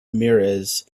ramirez